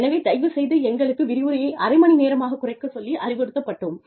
எனவே தயவுசெய்து எங்களது விரிவுரையை அரை மணி நேரமாகக் குறைக்கச் சொல்லி அறிவுறுத்தப்பட்டோம்